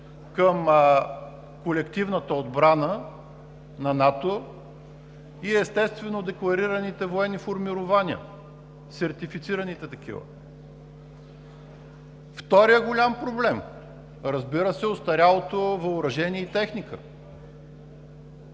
към колективната отбрана на НАТО, и, естествено, декларираните военни формирования, сертифицираните такива. Вторият голям проблем, разбира се, е остарялото въоръжение и техника.